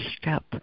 step